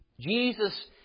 Jesus